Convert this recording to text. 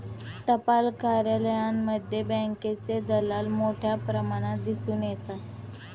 टपाल कार्यालयांमध्येही बँकेचे दलाल मोठ्या प्रमाणात दिसून येतात